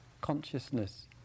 consciousness